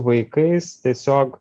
vaikais tiesiog